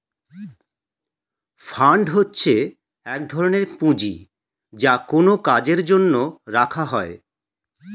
fund হচ্ছে এক ধরনের পুঁজি যা কোনো কাজের জন্য রাখা হয়